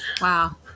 Wow